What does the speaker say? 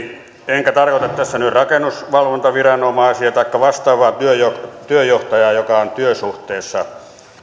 enkä tarkoita tässä nyt rakennusvalvontaviranomaisia taikka vastaavaa työnjohtajaa joka on työsuhteessa